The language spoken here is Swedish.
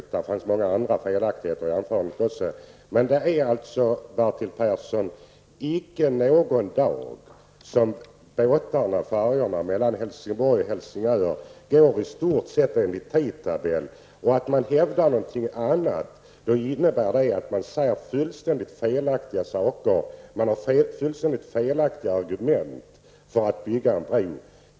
Dessutom finns det många andra felaktigheter där. Icke en enda dag går färjorna mellan Helsingborg och Helsingör ens i stort sett enligt tidtabellen. Att hävda någonting annat innebär att man säger fullständigt felaktiga saker. Man har fullständigt felaktiga argument för byggandet av en bro.